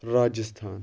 Rajasthan